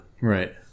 right